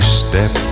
step